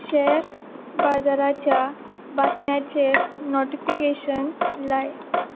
share बाजाराच्या बातम्याचेर notification लाय